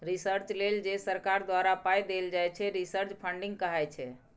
research लेल जे सरकार द्वारा पाइ देल जाइ छै रिसर्च फंडिंग कहाइ छै